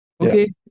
Okay